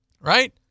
right